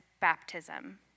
baptism